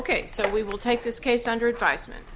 ok so we will take this case under advisement